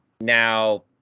Now